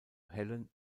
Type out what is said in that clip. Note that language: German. helen